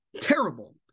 terrible